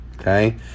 Okay